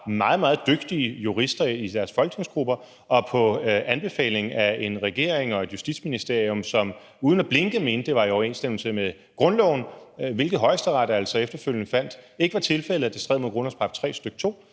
meget dygtige jurister i deres folketingsgrupper, og på anbefaling af en regering og et Justitsministerium, som uden at blinke mente, at det var i overensstemmelse med grundloven, hvilket Højesteret efterfølgende fandt ikke var tilfældet, da det stred imod grundlovens § 3,